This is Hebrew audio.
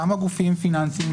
כמה גופים פיננסיים,